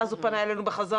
ואז הוא פנה אלינו בחזרה.